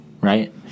right